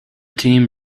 team